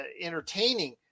entertaining